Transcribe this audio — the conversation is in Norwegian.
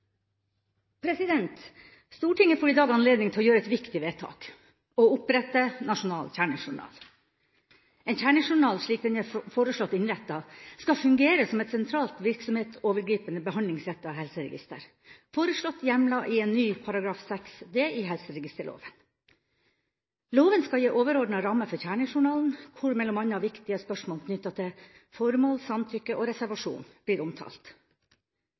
til. Stortinget får i dag anledning til å gjøre et viktig vedtak; å opprette nasjonal kjernejournal. En kjernejournal, slik den er foreslått innrettet, skal fungere som et sentralt virksomhetsovergripende behandlingsrettet helseregister, foreslått hjemlet i en ny § 6 d i helseregisterloven. Loven skal gi overordnede rammer for kjernejournalen, hvor bl.a. viktige spørsmål knyttet til formål, samtykke og reservasjon blir omtalt.